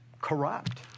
corrupt